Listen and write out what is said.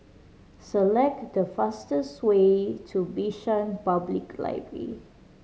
select the fastest way to Bishan Public Library